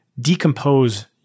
decompose